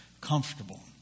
comfortable